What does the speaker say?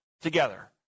together